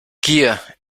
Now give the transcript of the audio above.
gier